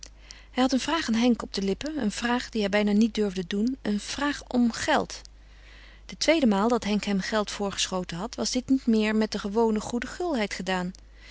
hij had een vraag aan henk op de lippen een vraag die hij bijna niet durfde doen een vraag om geld de tweede maal dat henk hem geld voorgeschoten had was dit niet meer met de gewone goede gulheid gedaan